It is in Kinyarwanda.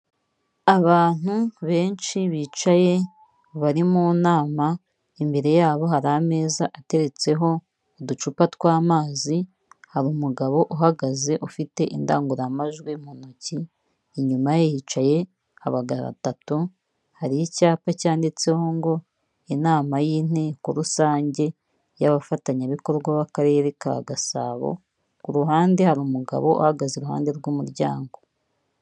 Abantu benshi bicaye bari mu nama imbere yabo hari ameza ateretseho uducupa tw'amazi habamu umugabo uhagaze ufite indangururamajwi mu ntoki, inyuma ye yicaye abagabo batatu hari icyapa cyanditseho ngo inama y'inteko rusange y'abafatanyabikorwa b'akarere ka Gasabo, ku ruhande hari umugabo uhagaze iruhande rw'umuryango.